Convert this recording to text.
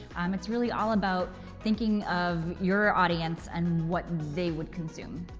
um it's really all about thinking of your audience and what they would consume.